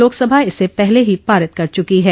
लोकसभा इसे पहले ही पारित कर चुकी है